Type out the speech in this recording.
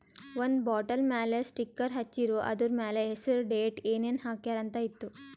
ಒಂದ್ ಬಾಟಲ್ ಮ್ಯಾಲ ಸ್ಟಿಕ್ಕರ್ ಹಚ್ಚಿರು, ಅದುರ್ ಮ್ಯಾಲ ಹೆಸರ್, ಡೇಟ್, ಏನೇನ್ ಹಾಕ್ಯಾರ ಅಂತ್ ಇತ್ತು